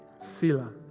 Sila